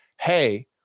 hey